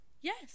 Yes